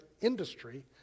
industry